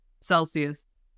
Celsius